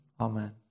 Amen